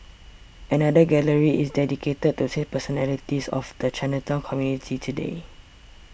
another gallery is dedicated to six personalities of the Chinatown community today